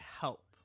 help